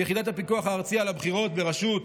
ביחידת הפיקוח הארצי על הבחירות בראשות